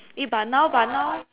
eh but now but now